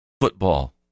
football